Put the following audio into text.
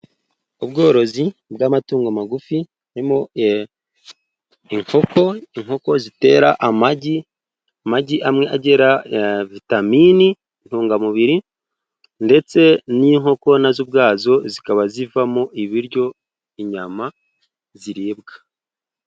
Ubworozi bw'amatungo magufi harimo inkoko inkoko zitera amagi amagi amwe agira vitamini intungamubiri ndetse n'inkoko nazo ubwazo zikaba zivamo ibiryo inyama ziribwa.